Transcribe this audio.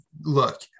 look